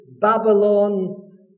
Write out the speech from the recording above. Babylon